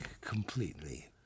completely